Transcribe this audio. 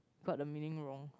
got the meaning wrong